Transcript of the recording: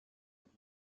und